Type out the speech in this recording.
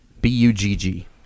B-U-G-G